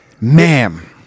ma'am